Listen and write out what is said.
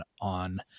on